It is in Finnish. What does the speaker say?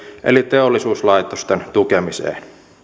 eli teollisuuslaitosten tukemiseen